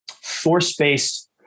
force-based